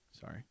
Sorry